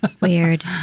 Weird